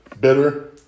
bitter